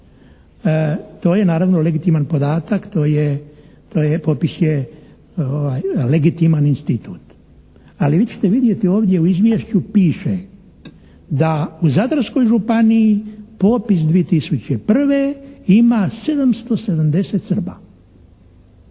To je naravno legitiman podatak, popis je legitiman institut. Ali vi ćete vidjeti ovdje u izvješću piše da u Zadarskoj županiji popis 2001. ima 770 Srba